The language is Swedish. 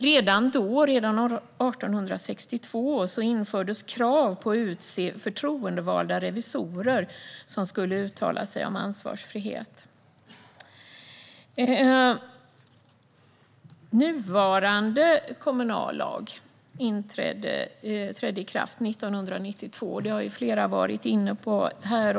Redan då, 1862, infördes krav på att utse förtroendevalda revisorer som skulle uttala sig om ansvarsfrihet. Nuvarande kommunallag trädde i kraft 1992. Det har flera varit inne på här.